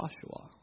Joshua